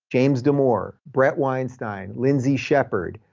james damore, bret weinstein, lindsay shepherd,